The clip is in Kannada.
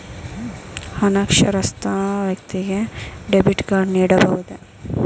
ಅನಕ್ಷರಸ್ಥ ವ್ಯಕ್ತಿಗೆ ಡೆಬಿಟ್ ಕಾರ್ಡ್ ನೀಡಬಹುದೇ?